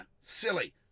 silly